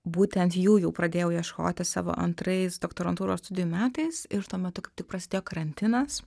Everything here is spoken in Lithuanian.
būtent jų jau pradėjau ieškoti savo antrais doktorantūros studijų metais ir tuo metu kaip tik prasidėjo karantinas